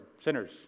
sinners